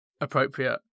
appropriate